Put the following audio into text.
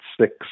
six